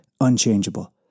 unchangeable